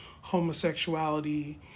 homosexuality